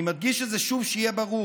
אני מדגיש את זה שוב, שיהיה ברור: